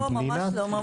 לא, ממש לא.